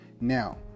Now